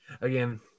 again